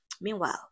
Meanwhile